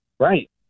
Right